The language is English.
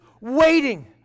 waiting